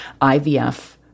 IVF